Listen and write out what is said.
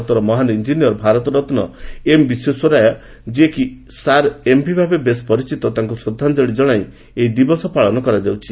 ଭାରତର ମହାନ୍ engineer Bharat Ratna M Visvesvaraya ଯିଏକି ସାର୍ ଏମ୍ଭି ଭାବେ ବେଶ୍ ପରିଚିତ ତାଙ୍କୁ ଶ୍ରଦ୍ଧାଞ୍ଚଳି ଜଣାଇ ଏହି ଦିବସ ପାଳନ କରାଯାଉଛି